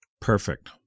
Perfect